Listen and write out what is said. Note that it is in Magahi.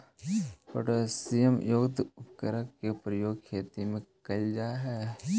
पोटैशियम युक्त उर्वरक के प्रयोग खेती में कैल जा हइ